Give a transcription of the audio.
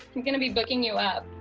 we're going to be booking you up.